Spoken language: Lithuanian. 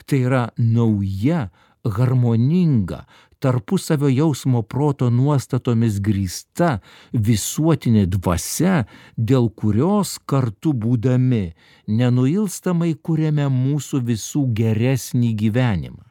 tai yra nauja harmoninga tarpusavio jausmo proto nuostatomis grįsta visuotinė dvasia dėl kurios kartu būdami nenuilstamai kuriame mūsų visų geresnį gyvenimą